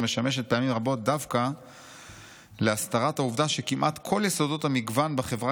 משמשת פעמים רבות דווקא להסתרת העובדה שכמעט כל יסודות המגוון בחברה